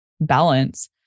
balance